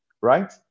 right